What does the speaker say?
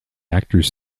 actors